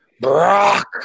Brock